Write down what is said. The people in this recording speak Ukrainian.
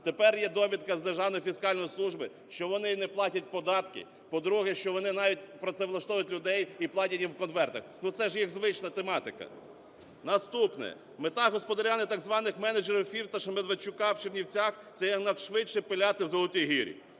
Тепер є довідка з Державної фіскальної служби, що вони не платять податки, по-друге, що вони навіть працевлаштовують людей і платять їм в конвертах. Ну, це ж їх звична тематика. Наступне. Мета господарювання так званих менеджерів Фірташа-Медведчука в Чернівцях – це якнайшвидше пиляти золоті гирі.